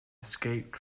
escaped